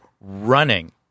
running